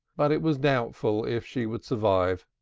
but it was doubtful if she would survive,